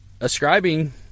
ascribing